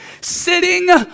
sitting